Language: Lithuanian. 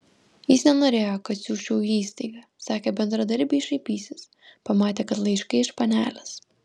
jis nenorėjo kad siųsčiau į įstaigą sakė bendradarbiai šaipysis pamatę kad laiškai iš panelės